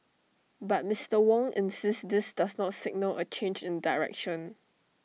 but Mister Wong insists this does not signal A change in direction